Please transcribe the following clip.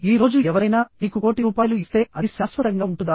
ఈ రోజు ఎవరైనా మీకు కోటి రూపాయలు ఇస్తే అది శాశ్వతంగా ఉంటుందా